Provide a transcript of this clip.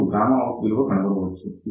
ఇప్పుడు out విలువ కనుగొనవచ్చు